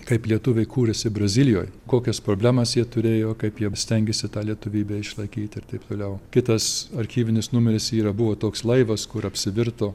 kaip lietuviai kūrėsi brazilijoj kokias problemas jie turėjo kaip jie stengėsi tą lietuvybę išlaikyt ir taip toliau kitas archyvinis numeris yra buvo toks laivas kur apsivirto